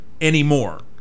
anymore